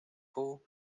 pół